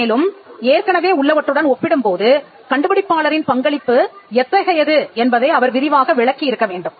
மேலும் ஏற்கனவே உள்ளவற்றுடன் ஒப்பிடும்போது கண்டுபிடிப்பாளரின் பங்களிப்பு எத்தகையது என்பதை அவர் விரிவாக விளக்கி இருக்க வேண்டும்